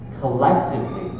collectively